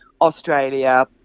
australia